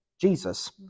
Jesus